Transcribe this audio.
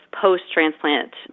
post-transplant